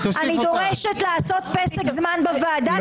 אני דורשת לעשות פסק זמן בוועדה,